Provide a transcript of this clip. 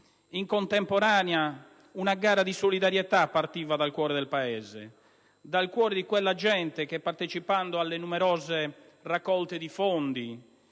In contemporanea, una gara di solidarietà partiva dal cuore del Paese, dal cuore di quella gente che, partecipando alle numerose raccolte di fondi